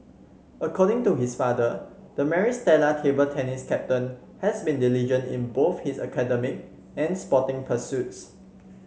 according to his father the Maris Stella table tennis captain has been diligent in both his academic and sporting pursuits